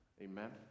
Amen